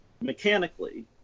mechanically